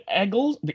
Eagles